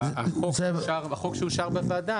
החוק שאושר בוועדה,